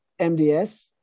MDS